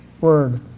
Word